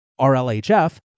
RLHF